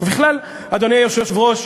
ובכלל, אדוני היושב-ראש,